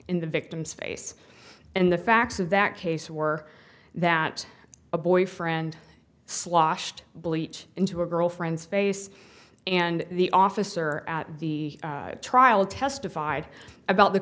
in the victim's face and the facts of that case were that a boyfriend sloshed bleach into a girlfriend's face and the officer at the trial testified about the